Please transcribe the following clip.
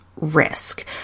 risk